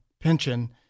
pension